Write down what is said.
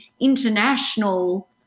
international